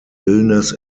illness